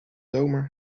zomer